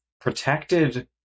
protected